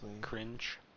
cringe